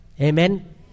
Amen